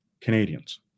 Canadians